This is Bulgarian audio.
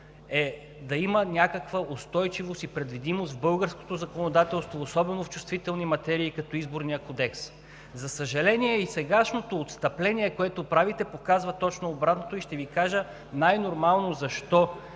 е да има някаква устойчивост и предвидимост в българското законодателство, особено в чувствителни материи като Изборния кодекс. За съжаление, и сегашното отстъпление, което правите, показва точно обратното и ще Ви кажа най-нормално защо.